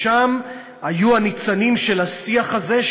שם היו הניצנים של השיח הזה,